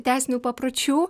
teisinių papročių